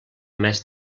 mes